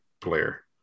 player